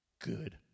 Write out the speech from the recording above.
good